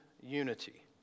unity